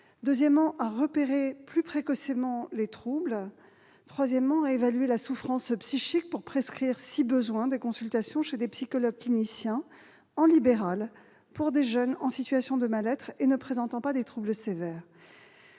de santé mentale, repérer plus précocement les troubles et évaluer la souffrance psychique pour prescrire, si besoin est, des consultations chez des psychologues cliniciens libéraux à des jeunes en situation de mal-être ne présentant pas de troubles sévères.